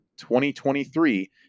2023